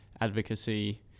advocacy